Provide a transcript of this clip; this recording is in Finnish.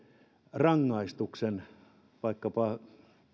rangaistuksen virheellisesti